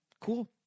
cool